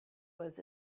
was